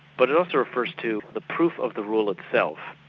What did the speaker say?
but it also refers to the proof of the rule itself,